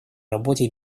работе